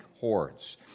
hordes